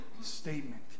statement